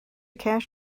cash